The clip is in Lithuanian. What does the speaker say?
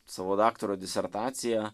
savo daktaro disertaciją